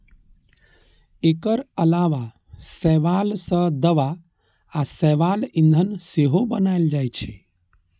एकर अलावा शैवाल सं दवा आ शैवाल ईंधन सेहो बनाएल जाइ छै